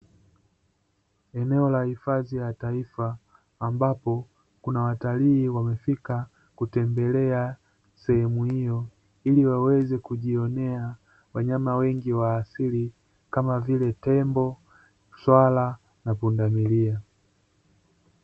Eneo la hifadhi ya taifa ambapo kuna watalii wamefika kutembelea sehemu hiyo ili waweze kujionea wanyama wengi wa asili kama vile tembo, swala na pundamilia.